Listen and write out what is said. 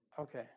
Okay